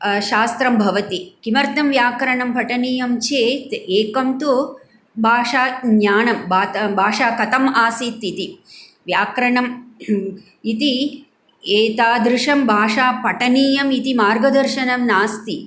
शास्त्रं भवति किमर्थं व्याकरणं पठनीयं चेत् एकं तु भाषाज्ञानं भाषा कथम् आसीत् इति व्याकरणम् इति एतादृशं भाषापठनीयम् इति मार्गदर्शनं नास्ति